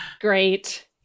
Great